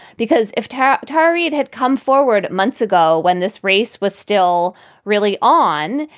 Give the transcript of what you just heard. because if tara tarried had come forward months ago when this race was still really on,